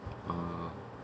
ah